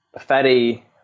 fatty